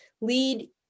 lead